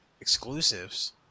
exclusives